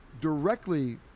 directly